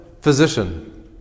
physician